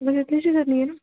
बस इतनी सी करनी है ना